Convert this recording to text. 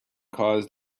cause